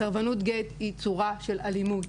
סרבנות גט היא צורה של אלימות,